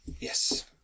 Yes